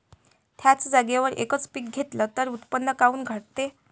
थ्याच जागेवर यकच पीक घेतलं त उत्पन्न काऊन घटते?